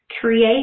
create